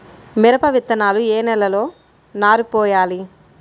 మిరప విత్తనాలు ఏ నెలలో నారు పోయాలి?